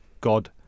god